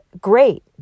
great